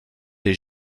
des